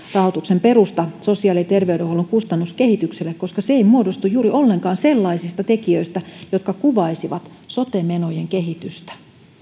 rahoituksen perusta sosiaali ja terveyshuollon kustannuskehitykselle koska se ei muodostu juuri ollenkaan sellaisista tekijöistä jotka kuvaisivat sote menojen kehitystä